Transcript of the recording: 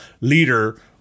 leader